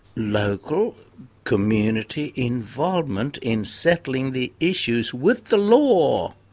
local community involvement in settling the issues with the law.